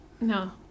No